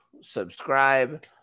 subscribe